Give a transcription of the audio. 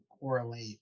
correlate